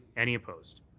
any opposed?